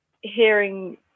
hearing